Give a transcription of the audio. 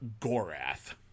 Gorath